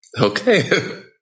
okay